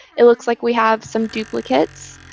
it looks like we have some duplicates.